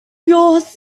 yours